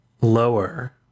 lower